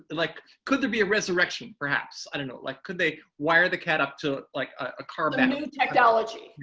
like could there be a resurrection perhaps? i don't know, like could they wire the cat up to like a car battery. but and and technology.